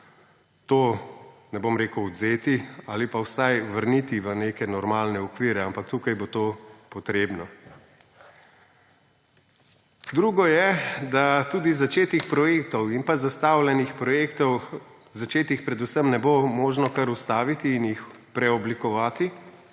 ne bom rekel, odvzeti ali pa vsaj vrniti v neke normalne okvire, ampak tukaj bo to potrebno. Drugo je, da tudi začetih projektov in zastavljenih projektov, predvsem začetih ne bo možno kar ustaviti in jih preoblikovati,